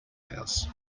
house